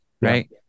right